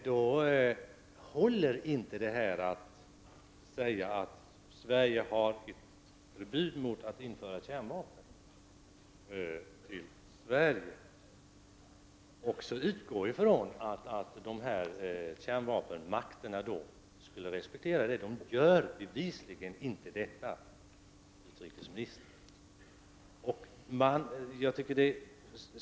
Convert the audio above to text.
Det håller inte att säga att det råder förbud mot att införa kärnvapen i Sverige och utgå ifrån att dessa kärnvapenmakter skall respektera detta. De gör bevisligen inte detta, utrikesministern.